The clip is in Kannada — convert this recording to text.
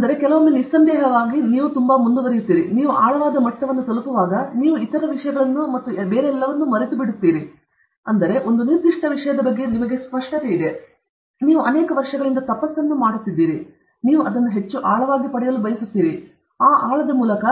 ಆದ್ದರಿಂದ ಕೆಲವೊಮ್ಮೆ ನಿಸ್ಸಂದೇಹವಾಗಿ ನೀವು ತುಂಬಾ ಮುಂದುವರಿಯುವಾಗ ನೀವು ಆಳವಾದ ಮಟ್ಟವನ್ನು ಪಡೆಯುವಾಗ ನೀವು ಇತರ ವಿಷಯಗಳನ್ನು ಮತ್ತು ಎಲ್ಲವನ್ನೂ ಮರೆತುಬಿಡುತ್ತೀರಿ ಆದರೆ ಇಡೀ ವಿಧಾನವು ಒಂದು ನಿರ್ದಿಷ್ಟ ವಿಷಯದ ಬಗ್ಗೆ ನಿಮ್ಮ ಸ್ಪಷ್ಟತೆ ನೀವು ಅನೇಕ ವರ್ಷಗಳಿಂದ ತಪಸ್ ಅನ್ನು ಮಾಡುತ್ತಿದ್ದೀರಿ ನೀವು ಅದನ್ನು ಹೆಚ್ಚು ಆಳವಾಗಿ ಪಡೆಯುತ್ತೀರಿ ಆದರೆ ಆ ಆಳದ ಮೂಲಕ